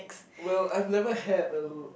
well I've never had a